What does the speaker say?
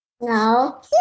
no